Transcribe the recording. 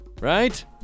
Right